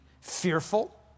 fearful